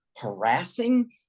harassing